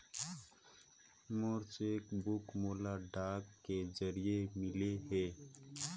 मोर cheque book मोला डाक के जरिए मिलगे हे